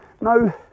no